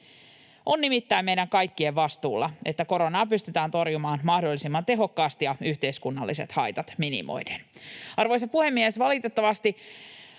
On nimittäin meidän kaikkien vastuulla, että koronaa pystytään torjumaan mahdollisimman tehokkaasti ja yhteiskunnalliset haitat minimoiden. Arvoisa puhemies! Valitettavasti